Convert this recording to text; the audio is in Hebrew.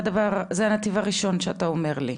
זה הנתיב הראשון שאתה אומר לי.